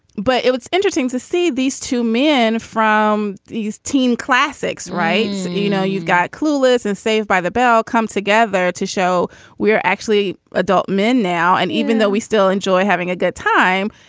but it's interesting to see these two men from these teen classics. right. and, you know, you've got clueless and saved by the bell come together to show we're actually adult men now. and even though we still enjoy having a good time,